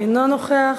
אינו נוכח,